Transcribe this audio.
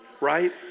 right